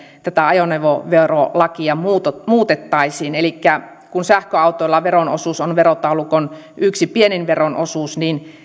tätä ajoneuvoverolakia muutettaisiin elikkä kun sähköautoilla veron osuus on verotaulukon yksi pienimmistä veron osuuksista niin